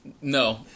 No